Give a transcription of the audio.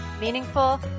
meaningful